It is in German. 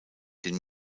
den